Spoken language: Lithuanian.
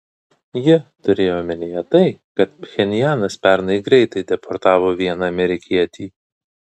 ji turėjo omenyje tai kad pchenjanas pernai greitai deportavo vieną amerikietį